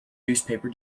newspaper